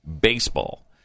baseball